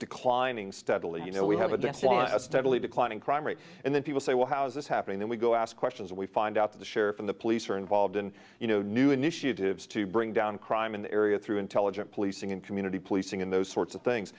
declining steadily you know we have address one steadily declining crime rate and then people say well how's this happening then we go ask questions we find out the sheriff and the police are involved and you know new initiatives to bring down crime in the area through intelligent policing and community policing in those sorts of things